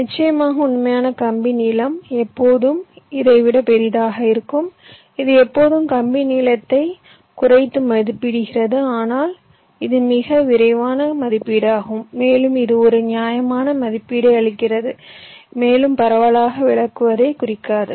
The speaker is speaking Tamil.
நிச்சயமாக உண்மையான கம்பி நீளம் எப்போதும் இதை விட பெரியதாக இருக்கும் இது எப்போதும் கம்பி நீளத்தை குறைத்து மதிப்பிடுகிறது ஆனால் இது மிக விரைவான மதிப்பீடாகும் மேலும் இது ஒரு நியாயமான மதிப்பீட்டை அளிக்கிறது மேலும் பரவலாக விலகுவதைக் குறிக்காது